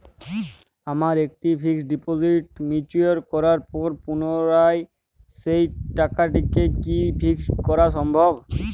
আমার একটি fixed deposit mature করার পর পুনরায় সেই টাকাটিকে কি ফিক্সড করা সম্ভব?